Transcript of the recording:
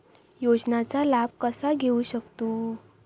योजनांचा लाभ कसा घेऊ शकतू?